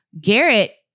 Garrett